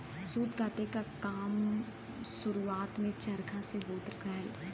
सूत काते क काम शुरुआत में चरखा से होत रहल